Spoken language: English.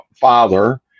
father